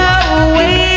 away